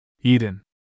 Eden